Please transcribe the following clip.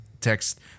text